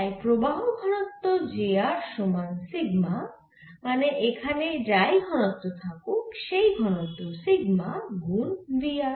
তাই প্রবাহ ঘনত্ব j r সমান সিগমা মানে এখানে যাই ঘনত্ব থাকুক সেই ঘনত্ব সিগমা গুন V r